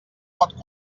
pot